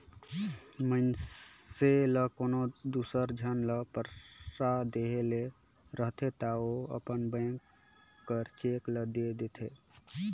मइनसे ल कोनो दूसर झन ल पइसा देहे ले रहथे ता ओ अपन बेंक कर चेक ल दे देथे